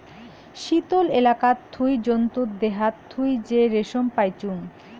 শীতল এলাকাত থুই জন্তুর দেহাত থুই যে রেশম পাইচুঙ